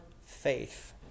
faith